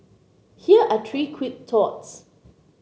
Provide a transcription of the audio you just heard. here are three quick thoughts